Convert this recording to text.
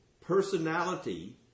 personality